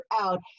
out